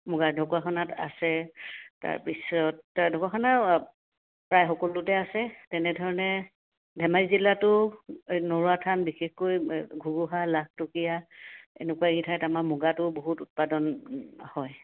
মুগা ঢকুৱাখানাত আছে তাৰপিছত তাৰ ঢকুৱাখানা সকলোতে আছে তেনেধৰণে ধেমাজি জিলাটো এই নৰোৱা থান বিশেষকৈ ঘুৰুহা লাখটকীয়া এনেকুৱা কিঠাইত আমাৰ মুগাটো বহুত উৎপাদন হয়